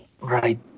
Right